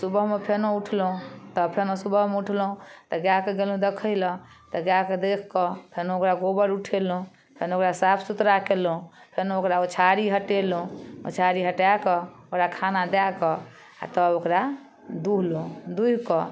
सुबहमे फेनो उठलहुँ तऽ फेनो सुबहमे उठलहुँ तऽ गायके गेलहुँ देखऽ लए तऽ गायके देखिकऽ तहन ओकरा गोबर उठेलहुँ तहन ओकरा साफ सुथड़ा कयलहुँ तहन ओकरा ओछारी हटेलहुँ ओछारी हटाकऽ ओकरा खाना दए कऽ आओर तब ओकरा दुहलहुँ दुहिकऽ